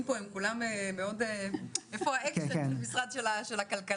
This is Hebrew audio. הדיונים פה כולם מאוד איפה האקשן של ועדת הכלכלה?